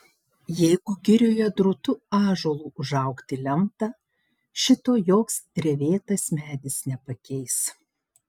jeigu girioje drūtu ąžuolu užaugti lemta šito joks drevėtas medis nepakeis